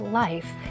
life